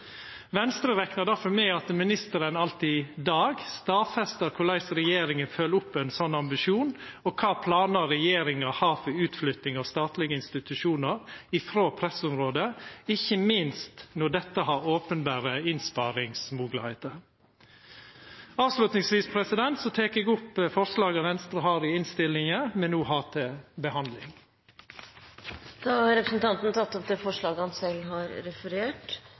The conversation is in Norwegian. Venstre reknar derfor med at ministeren alt i dag stadfestar korleis regjeringa følgjer opp ein sånn ambisjon, og kva planar regjeringa har for utflytting av statlege institusjonar frå pressområde, ikkje minst når dette har openberre innsparingsmoglegheiter. Til slutt tek eg opp forslaga Venstre fremjar i innstillinga som me no har til behandling. Da har representanten Terje Breivik tatt opp